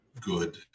good